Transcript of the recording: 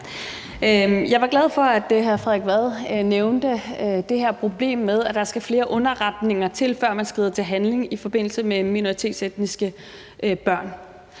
Jeg var glad for, at hr. Frederik Vad nævnte det her problem med, at der skal flere underretninger til, før man skrider til handling i forbindelse med minoritetsetniske børn.